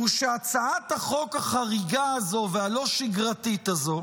הוא שהצעת החוק החריגה הזאת והלא-שגרתית הזאת